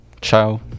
Ciao